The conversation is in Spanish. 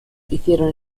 hicieron